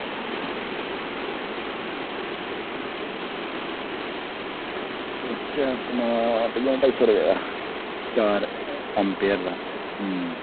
सुच्च ऐ अपना ढाई सौ रपेआ ते चार एम्पेयर दा अं